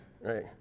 right